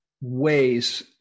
ways